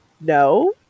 no